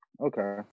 okay